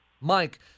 Mike